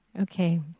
Okay